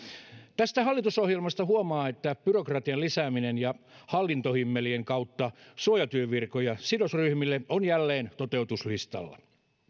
tästä hallitusohjelmasta huomaa että byrokratian lisääminen ja hallintohimmelien kautta suojatyövirat sidosryhmille ovat jälleen toteutuslistalla